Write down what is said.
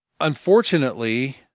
Unfortunately